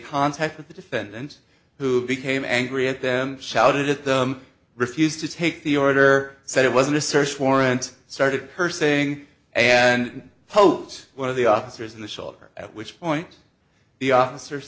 contact with the defendant who became angry at them shouted at them refused to take the order said it wasn't a search warrant started cursing and popes one of the officers in the shoulder at which point the officer